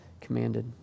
commanded